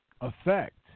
effect